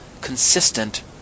consistent